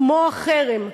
כמו החרם,